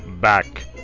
Back